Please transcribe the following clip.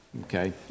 okay